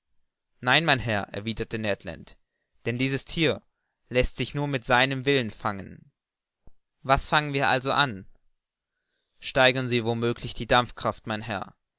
nein mein herr erwiderte ned land denn dieses thier läßt sich nur mit seinem willen fangen was fangen wir also an steigern sie wo möglich die dampfkraft mein herr